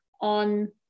on